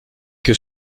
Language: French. que